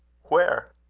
where?